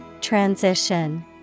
Transition